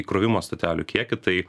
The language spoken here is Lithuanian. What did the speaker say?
įkrovimo stotelių kiekį tai